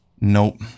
Nope